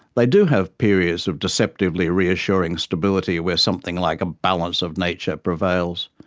they do have periods of deceptively reassuring stability where something like a balance of nature prevails.